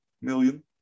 million